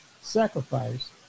sacrifice